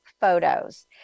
photos